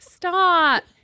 Stop